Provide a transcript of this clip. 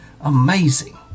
amazing